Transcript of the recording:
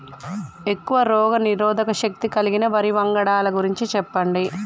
ఎక్కువ రోగనిరోధక శక్తి కలిగిన వరి వంగడాల గురించి చెప్పండి?